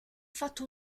fatto